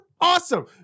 Awesome